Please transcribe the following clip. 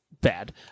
bad